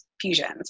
fusions